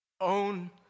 own